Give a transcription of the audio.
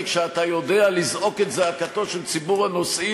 כי כשאתה רוצה לזעוק את זעקתו של ציבור הנוסעים